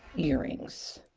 earrings